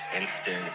instant